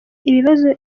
ibibazo